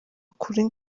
kuri